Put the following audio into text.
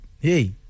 hey